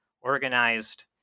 organized